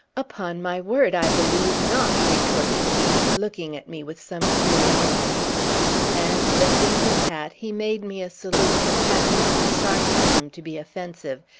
upon my word, i believe not! retorted he, looking at me with some curiosity and, lifting his hat, he made me a salute which had enough of sarcasm to be offensive,